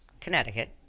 Connecticut